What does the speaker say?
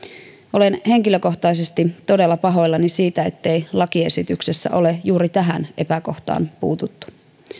olen henkilökohtaisesti todella pahoillani siitä ettei lakiesityksessä ole juuri tähän epäkohtaan puututtu